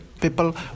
People